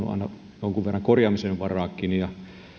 on aina jonkun verran korjaamisen varaakin ja